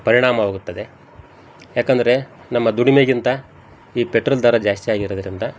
ಪರಿಣಾಮವಾಗುತ್ತದೆ ಏಕಂದ್ರೆ ನಮ್ಮ ದುಡಿಮೆಗಿಂತ ಈ ಪೆಟ್ರೋಲ್ ದರ ಜಾಸ್ತಿಯಾಗಿರೋದ್ರಿಂದ